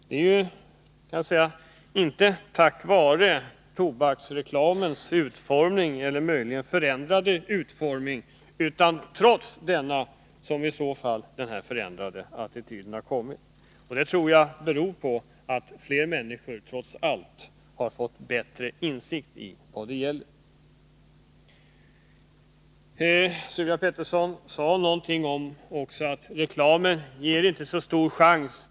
Men det är inte tack vare tobaksreklamens utformning eller möjligen förändrade utformning utan trots denna som en ny attityd har uppkommit. Jag tror att den förändrade attityden beror på att fler människor trots allt fått bättre insikt om vad det gäller. Sylvia Pettersson sade också någonting om att reklamen inte ges så stor chans.